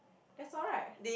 that's all right